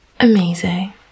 amazing